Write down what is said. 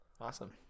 Awesome